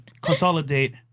consolidate